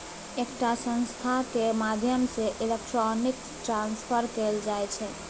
एकटा संस्थाक माध्यमसँ इलेक्ट्रॉनिक ट्रांसफर कएल जाइ छै